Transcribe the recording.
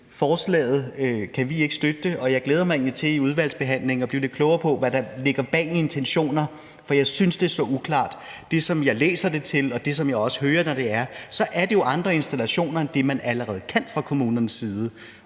her, kan vi ikke støtte det. Og jeg glæder mig egentlig til i udvalgsbehandlingen at blive klogere på, hvilke intentioner der ligger bag, for jeg synes, det står uklart. Sådan som jeg læser det, og det, som jeg også hører, er, at det jo også er andre installationer end det, man allerede kan fra kommunernes side,